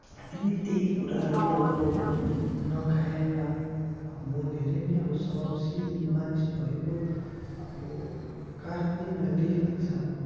त्यही त्यही कुराहरू अब नखाएर म धेरै नै अब स्वभावशील मानिस भएको अब कारणै मलाई त्यही लाग्छ अब